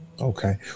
Okay